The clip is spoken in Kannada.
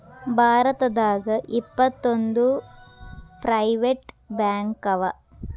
ಭಾರತದಾಗ ಇಪ್ಪತ್ತೊಂದು ಪ್ರೈವೆಟ್ ಬ್ಯಾಂಕವ